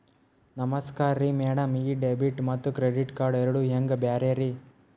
ನಮಸ್ಕಾರ್ರಿ ಮ್ಯಾಡಂ ಈ ಡೆಬಿಟ ಮತ್ತ ಕ್ರೆಡಿಟ್ ಕಾರ್ಡ್ ಎರಡೂ ಹೆಂಗ ಬ್ಯಾರೆ ರಿ?